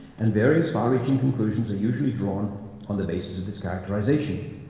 and various far-reaching conclusions are usually drawn on the basis of this characterization.